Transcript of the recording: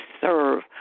serve